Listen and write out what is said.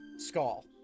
skull